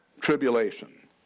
Tribulation